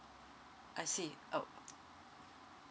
I see uh